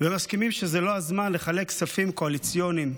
ומסכימים שזה לא הזמן לחלק כספים קואליציוניים,